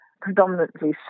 predominantly